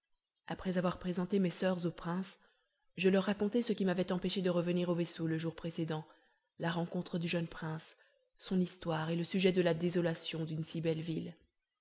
après avoir présenté mes soeurs au prince je leur racontai ce qui m'avait empêchée de revenir au vaisseau le jour précédent la rencontre du jeune prince son histoire et le sujet de la désolation d'une si belle ville